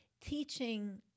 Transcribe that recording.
teaching